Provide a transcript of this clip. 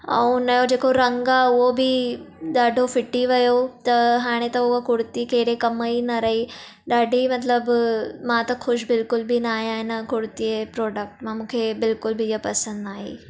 ऐं उनजो जेको रंगु आहे उहो बि ॾाढो फिटी वियो त हाणे त हूअ कुर्ती कहिड़े कम जी न रही ॾाढी मतलबु मां त ख़ुशि बिल्कुलु बि न आहियां हिन कुर्तीअ जे प्रोडक्ट मां मूंखे बिल्कुलु बि हीअ पसंदि न आई